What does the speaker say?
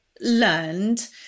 learned